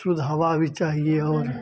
शुद्ध हवा भी चाहिए और